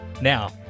Now